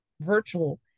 virtual